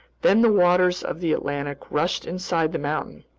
then the waters of the atlantic rushed inside the mountain.